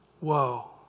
whoa